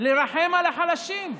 לרחם על החלשים.